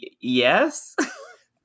yes